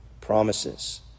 promises